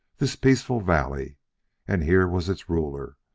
this peaceful valley and here was its ruler,